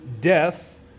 death